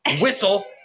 whistle